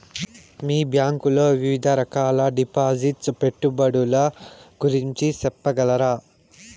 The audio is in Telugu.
మీ బ్యాంకు లో వివిధ రకాల డిపాసిట్స్, పెట్టుబడుల గురించి సెప్పగలరా?